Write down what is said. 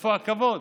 איפה הכבוד?